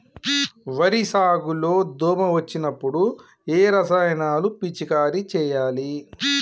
వరి సాగు లో దోమ వచ్చినప్పుడు ఏ రసాయనాలు పిచికారీ చేయాలి?